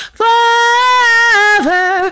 forever